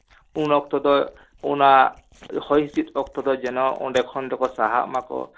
ᱩᱱ ᱚᱠᱛᱚ ᱫᱚ ᱚᱱᱟ ᱦᱚᱭ ᱦᱤᱸᱥᱤᱫ ᱚᱠᱛᱚ ᱫᱚ ᱡᱮᱱᱚ ᱚᱸᱰᱮ ᱠᱷᱚᱱ ᱫᱚᱠᱚ ᱥᱟᱦᱟᱜ ᱢᱟᱠᱚ